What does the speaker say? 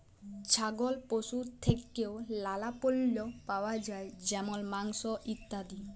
ছাগল পশু থেক্যে লালা পল্য পাওয়া যায় যেমল মাংস, ইত্যাদি